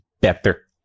better